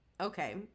Okay